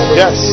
yes